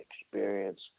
experience